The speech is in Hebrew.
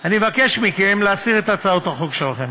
אני מבקש מכם להסיר את הצעות החוק שלכם